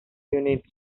units